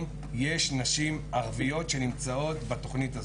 יש נשים ערביות שנמצאות בתוכנית הזאת.